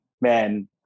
Man